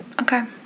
okay